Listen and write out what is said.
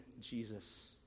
Jesus